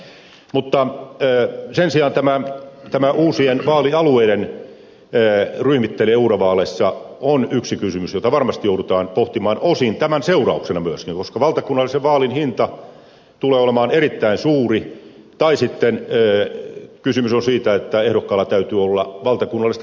mutta sen sijaan tämä uusien vaalialueiden ryhmittely eurovaaleissa on yksi kysymys jota varmasti joudutaan pohtimaan osin tämän seurauksena myöskin koska valtakunnallisen vaalin hinta tulee olemaan erittäin suuri tai sitten kysymys on siitä että ehdokkaalla täytyy olla valtakunnallista tunnettuutta